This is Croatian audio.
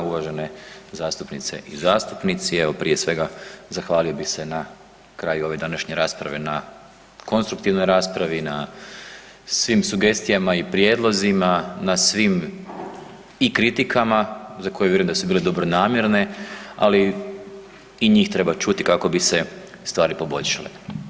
Uvažene zastupnice i zastupnici, evo prije svega zahvalio bih se na kraju ove današnje rasprave na konstruktivnoj raspravi, na svim sugestijama i prijedlozima, na svim i kritikama za koje vjerujem da su bile dobronamjerne, ali i njih treba čuti kako bi se stvari poboljšale.